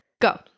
Go